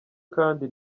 kandi